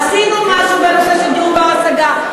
עשינו משהו בנושא של דיור בר-השגה.